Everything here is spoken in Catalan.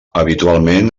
habitualment